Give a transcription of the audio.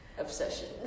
Obsession